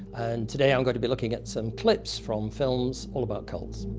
and today i'm going to be looking at some clips from films all about cults.